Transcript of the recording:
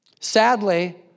Sadly